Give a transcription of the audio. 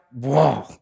whoa